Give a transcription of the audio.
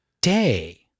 day